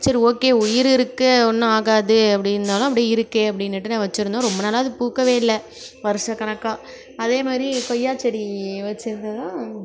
சரி ஓகே உயிர் இருக்கு ஒன்றும் ஆகாது அப்படி இருந்தாலும் அப்படி இருக்கே அப்படினுட்டு நான் வச்சுருந்தேன் ரொம்ப நாளாக அது பூக்கவே இல்லை வருட கணக்காக அதே மாதிரி கொய்யா செடி வச்சுருந்ததும்